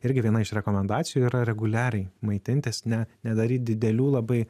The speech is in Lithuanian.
irgi viena iš rekomendacijų yra reguliariai maitintis ne nedaryt didelių labai